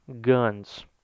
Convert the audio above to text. Guns